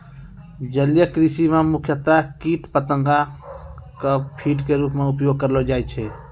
जलीय कृषि मॅ मुख्यतया कीट पतंगा कॅ फीड के रूप मॅ उपयोग करलो जाय छै